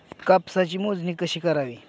कापसाची मोजणी कशी करावी?